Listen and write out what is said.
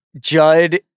Judd